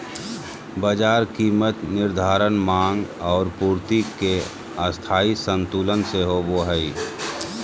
बाजार कीमत निर्धारण माँग और पूर्ति के स्थायी संतुलन से होबो हइ